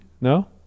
No